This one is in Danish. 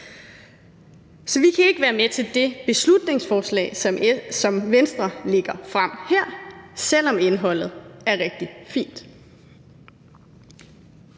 Så vi kan ikke være med til det beslutningsforslag, som Venstre fremsætter her, selv om indholdet er rigtig fint.